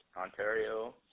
Ontario